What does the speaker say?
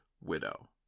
Widow